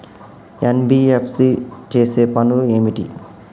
NBFC చేసే పనులు ఏమిటి?